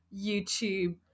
youtube